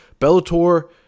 Bellator